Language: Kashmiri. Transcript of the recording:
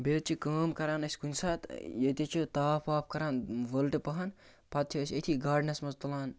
بیٚیہِ حظ چھِ کٲم کَران أسۍ کُنہِ ساتہٕ ییٚتہِ حظ چھِ تاپھ واپھ کَران ؤلٹہٕ پَہن پَتہٕ چھِ أسۍ أتھی گارڈنَس منٛز تُلان